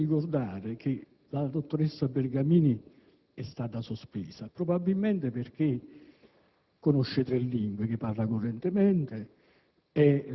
Voglio anche ricordare che la dottoressa Bergamini è stata sospesa probabilmente perché conosce tre lingue, che parla correntemente,